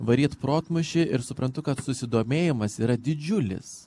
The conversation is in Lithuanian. varyt protmūšį ir suprantu kad susidomėjimas yra didžiulis